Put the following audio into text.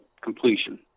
completion